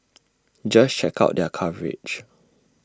just check out their coverage